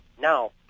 Now